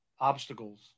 Obstacles